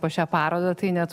po šią parodą tai net